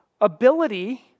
Ability